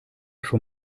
schon